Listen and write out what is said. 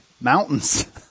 mountains